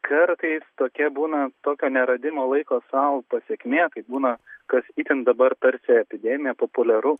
kartais tokie būna tokio neradimo laiko sau pasekmė tai būna kas itin dabar tarsi epidemija populiaru